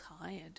tired